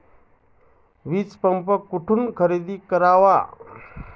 वीजपंप कुठून खरेदी करावा?